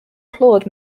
claude